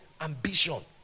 Ambition